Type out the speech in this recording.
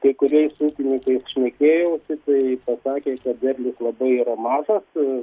kai kuriais ūkininkais šnekėjausi tai pasakė kad derlius labai yra mažas